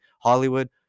Hollywood